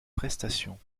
prestations